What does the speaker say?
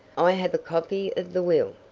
i have a copy of the will.